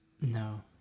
No